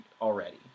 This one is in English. already